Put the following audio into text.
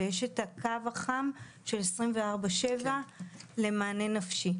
ויש את הקו החם של 24/7 למענה נפשי.